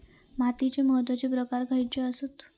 मातीचे महत्वाचे प्रकार खयचे आसत?